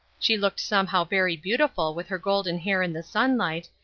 she looked somehow very beautiful with her golden hair in the sunlight,